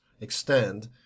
extend